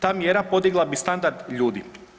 Ta mjera podigla bi standard ljudi.